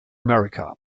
america